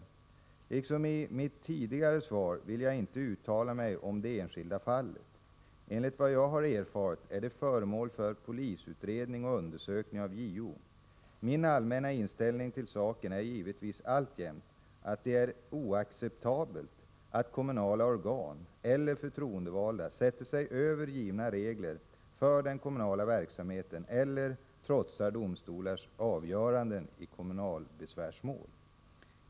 förhindra lagbrott av kommunalpolitiker Liksom i mitt tidigare svar vill jag inte uttala mig om det enskilda fallet. Enligt vad jag har erfarit är det föremål för polisutredning och undersökning av JO. Min allmänna inställning till saken är givetvis alltjämt att det är oacceptabelt att kommunala organ eller förtroendevalda sätter sig över givna regler för den kommunala verksamheten eller trotsar domstolarnas avgöranden i kommunalbesvärsmål.